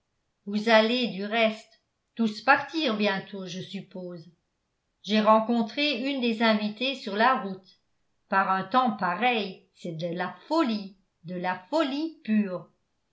vous allez du reste tous partir bientôt je suppose j'ai rencontré une des invitées sur la route par un temps pareil c'est de la folie de la folie pure